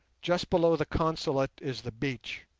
just below the consulate is the beach,